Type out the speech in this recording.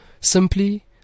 simply